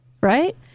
right